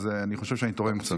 אז אני חושב שאני תורם קצת.